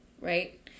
right